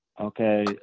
Okay